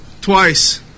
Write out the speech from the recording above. twice